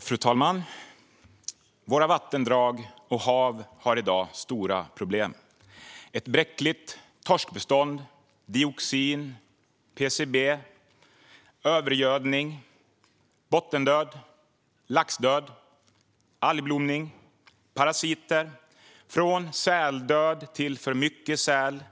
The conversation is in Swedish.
Fru talman! Våra vattendrag och hav har i dag stora problem: ett bräckligt torskbestånd, dioxin, PCB, övergödning, bottendöd, laxdöd, algblomning, parasiter, från säldöd till för mycket säl,